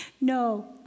No